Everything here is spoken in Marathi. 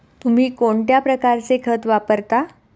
तुम्ही कोणत्या प्रकारचे खत वापरता?